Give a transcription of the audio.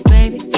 Baby